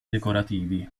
decorativi